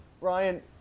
Ryan